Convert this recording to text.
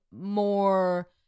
more